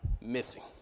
missing